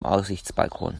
aussichtsbalkon